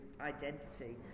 identity